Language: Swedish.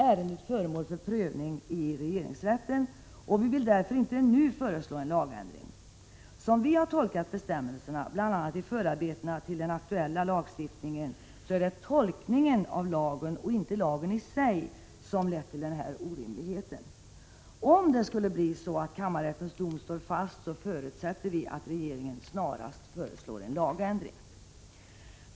Ärendet är föremål för prövning i regeringsrätten, och vi vill därför inte nu föreslå en lagändring. Som vi har tolkat bestämmelserna — bl.a. i förarbetena till den aktuella lagstiftningen — är det tolkningen av lagen och inte lagen i sig som har lett till denna orimlighet. Om det skulle bli så att kammarrättens dom står fast, förutsätter vi att regeringen snarast föreslår en lagändring.